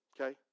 okay